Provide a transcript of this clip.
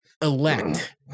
elect